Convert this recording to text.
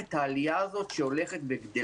כל חודשיים ואנחנו רואים את העלייה הולכת וגדלה.